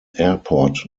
airport